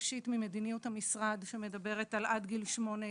ראשית ממדיניות המשרד שמדברת על עד גיל שמונה,